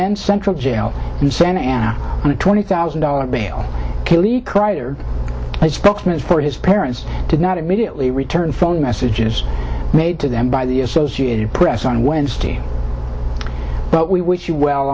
men's central jail in santa ana on a twenty thousand dollars bail a spokesman for his parents did not immediately return phone messages made to them by the associated press on wednesday but we wish you well